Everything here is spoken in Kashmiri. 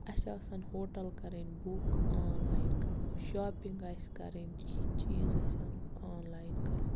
اَسہِ آسَن ہوٹَل کَرٕنۍ بُک آنلاین کَرو شاِنٛگ آسہِ کَرٕنۍ کینٛہہ چیٖز آسہِ کَرُن آنلاین کَرو